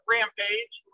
Rampage